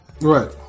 Right